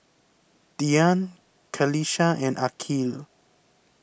Dian Qalisha and Aqil